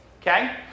Okay